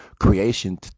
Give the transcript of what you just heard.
creation